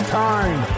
time